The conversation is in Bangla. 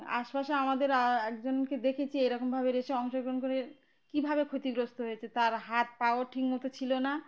আশপাশে আমাদের একজনকে দেখেছি এরকমভাবে রেসে অংশগ্রহণ করে কীভাবে ক্ষতিগ্রস্ত হয়েছে তার হাত পাও ঠিক মতো ছিল না